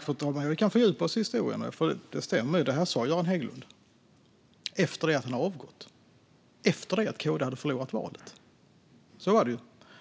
Fru talman! Vi kan fördjupa oss i historien. Göran Hägglund sa detta efter det att han hade avgått, efter det att KD hade förlorat valet. Så var det.